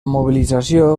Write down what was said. mobilització